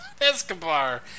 Escobar